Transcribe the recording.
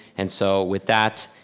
and so with that,